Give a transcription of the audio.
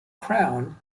crown